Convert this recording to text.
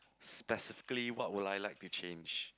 specifically what would I like to change